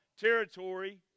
territory